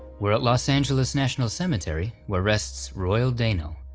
we're at los angeles national cemetery, where rests royal dano,